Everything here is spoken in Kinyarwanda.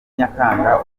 nyakanga